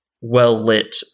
well-lit